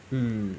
hmm